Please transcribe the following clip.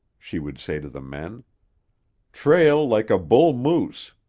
she would say to the men trail like a bull moose!